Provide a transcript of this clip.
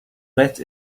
bet